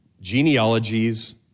genealogies